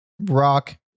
rock